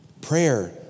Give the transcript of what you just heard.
Prayer